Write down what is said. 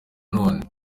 none